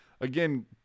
again